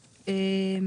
5(א).